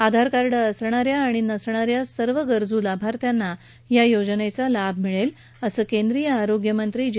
आधारकार्ड असलेल्या आणि नसलेल्या सर्व गरजू लाभार्थ्यांना या योजनेचा लाभ मिळेल असं केंद्रीय आरोग्यमंत्री जे